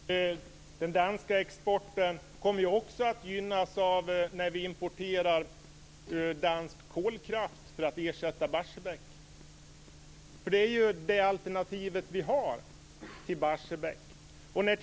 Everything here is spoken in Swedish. Fru talman! Den danska exporten kommer också att gynnas av vår import av dansk kolkraft för att ersätta Barsebäck. Det är ju det alternativ som vi har.